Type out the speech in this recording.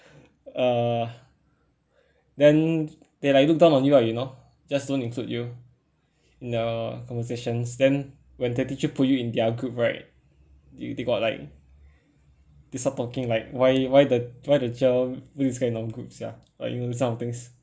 uh then they like look down on you lah you know just don't include you in uh conversations then when the teacher put you in their group right do they got like they start talking like why why the why the cher do this kind of groups sia like you know this kind of things